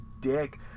dick